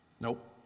Nope